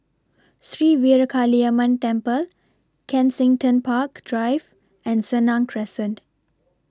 Sri Veeramakaliamman Temple Kensington Park Drive and Senang Crescent